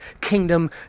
kingdom